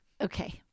Okay